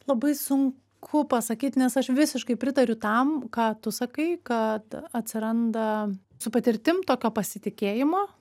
labai sunku pasakyt nes aš visiškai pritariu tam ką tu sakai kad atsiranda su patirtim tokio pasitikėjimo